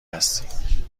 هستی